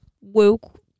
woke